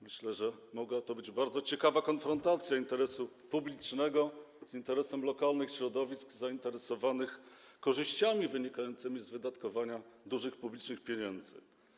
Myślę, że mogłaby to być bardzo ciekawa konfrontacja interesu publicznego z interesem lokalnych środowisk zainteresowanych korzyściami wynikającymi z wydatkowania dużych publicznych pieniędzy.